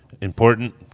important